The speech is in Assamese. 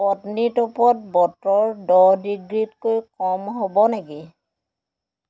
পত্নীট'পত বতৰ দহ ডিগ্ৰীতকৈ কম হ'ব নেকি